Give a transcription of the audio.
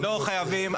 לא חייבים.